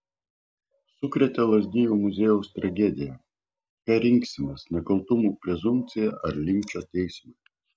sukrėtė lazdijų muziejaus tragedija ką rinksimės nekaltumo prezumpciją ar linčo teismą